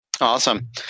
Awesome